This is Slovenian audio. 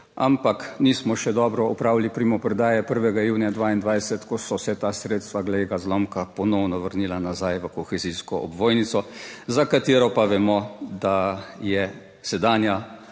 Ampak nismo še dobro opravili primopredaje 1. junija 2022, ko so se ta sredstva, glej ga zlomka, ponovno vrnila nazaj v kohezijsko ovojnico, za katero pa vemo, da je sedanja